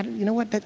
you know what?